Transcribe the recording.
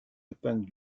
épingle